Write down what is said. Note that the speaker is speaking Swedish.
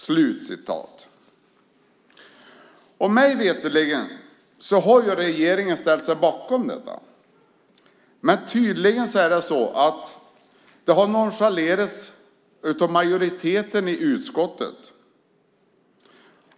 Mig veterligen har regeringen ställt sig bakom detta, men tydligen har det nonchalerats av majoriteten i utskottet.